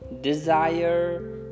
desire